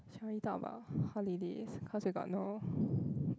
shall we talk about holidays cause we got no